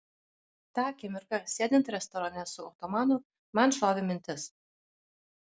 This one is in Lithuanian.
tą akimirką sėdint restorane su otomanu man šovė mintis